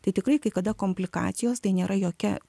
tai tikrai kai kada komplikacijos tai nėra jokia